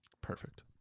Perfect